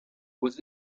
was